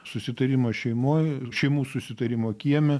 susitarimo šeimoj šeimų susitarimo kieme